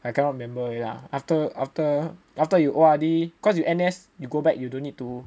I cannot remember already ah after after after you O_R_D cause you N_S you go back you don't need to